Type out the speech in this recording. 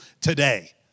today